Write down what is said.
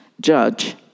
judge